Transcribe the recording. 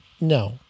no